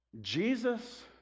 Jesus